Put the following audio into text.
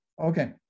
Okay